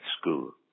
school